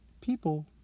people